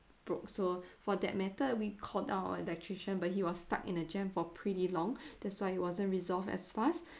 broke so for that matter we called out our electrician but he was stuck in a jam for pretty long that's why it wasn't resolved as fast